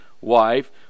wife